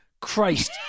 Christ